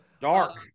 Dark